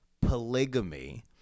polygamy